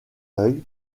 œil